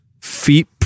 feet